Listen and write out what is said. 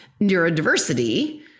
neurodiversity